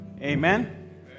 amen